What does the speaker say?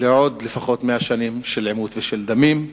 לעוד לפחות 100 שנים של עימות ושל דמים.